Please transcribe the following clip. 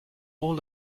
all